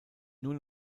nur